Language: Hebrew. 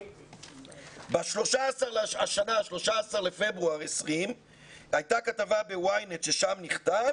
ב-13 בפברואר 2020 הייתה כתבה ב-YNET ששם נכתב